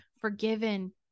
forgiven